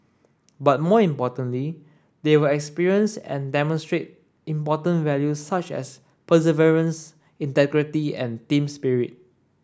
but more importantly they will experience and demonstrate important value such as perseverance integrity and team spirit